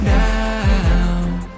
now